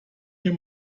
hier